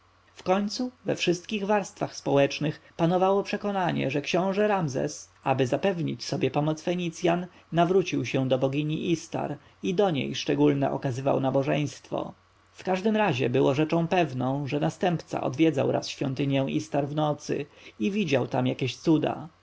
kapłańskiej wkońcu we wszystkich warstwach społecznych panowało przekonanie że książę ramzes aby zapewnić sobie pomoc fenicjan nawrócił się do bogini istar i do niej szczególne okazywał nabożeństwo w każdym razie było rzeczą pewną że następca odwiedzał raz świątynię istar w nocy i widział tam jakieś cuda